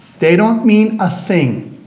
they don't mean a thing.